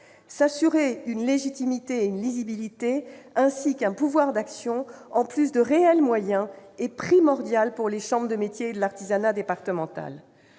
s'assurer une légitimité et une lisibilité, ainsi qu'un pouvoir d'action, en plus de réels moyens, est primordial pour les chambres départementales de métiers et de l'artisanat.